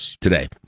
today